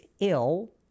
ill